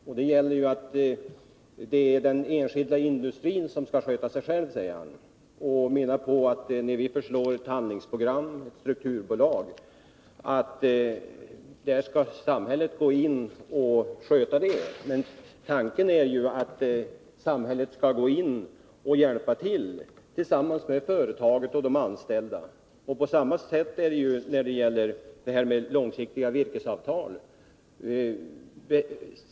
Johan Olsson säger att den enskilda industrin skall sköta sig själv. Vi föreslår däremot ett handlingsprogram och ett statligt strukturbolag, alltså att samhällets skall sköta det, säger Johan Olsson. Men tanken är ju att samhället skall hjälpa företaget och de anställda. På samma sätt förhåller det sig med förslaget om långsiktiga virkesavtal.